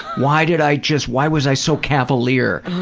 why did i just. why was i so cavalier?